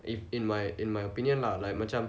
in in my in my opinion lah like macam